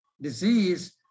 disease